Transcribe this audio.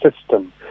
system